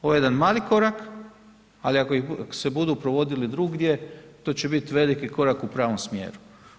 Ovo je jedan mali korak, ali ako se budu provodili drugdje, to će biti veliki korak u pravom smjeru.